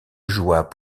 joie